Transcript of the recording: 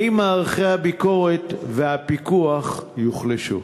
4. האם מערכי הביקורת והפיקוח יוחלשו?